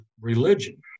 religion